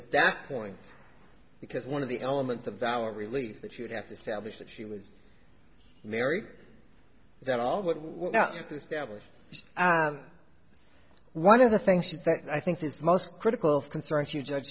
at that point because one of the elements of our relief that you'd have to establish that she was married that all what you one of the things that i think is most critical concern to judge